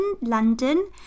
London